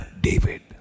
David